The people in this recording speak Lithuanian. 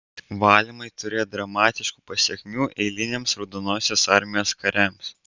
valymai turėjo dramatiškų pasekmių eiliniams raudonosios armijos kariams